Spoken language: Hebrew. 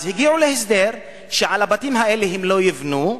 הגיעו להסדר שעל הבתים האלה הם לא יבנו,